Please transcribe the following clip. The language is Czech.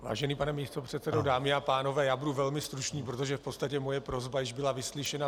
Vážený pane místopředsedo, dámy a pánové, já budu velmi stručný, protože v podstatě moje prosba již byla vyslyšena.